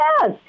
Yes